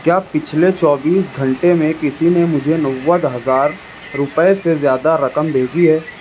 کیا پچھلے چوبیس گھنٹے میں کسی نے مجھے نو ہزار روپئے سے زیادہ رقم بھیجی ہے